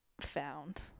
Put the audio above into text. found